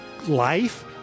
life